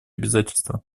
обязательства